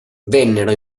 vennero